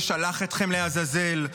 ששלח אתכם לעזאזל.